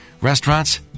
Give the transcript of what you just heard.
Restaurants